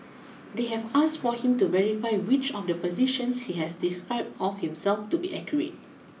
they have asked for him to verify which of the positions he has described of himself to be accurate